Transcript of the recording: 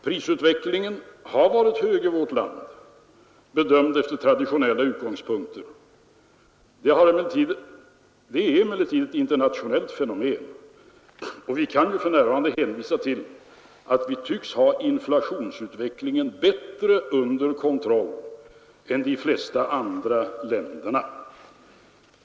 Prisutvecklingen har varit snabb i vårt land, bedömd efter traditionella utgångspunkter. Det är emellertid ett internationellt fenomen, och vi kan för närvarande hänvisa till att vi tycks ha inflationsutvecklingen bättre under kontroll än de flesta andra länder.